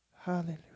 Hallelujah